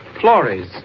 Flores